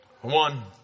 One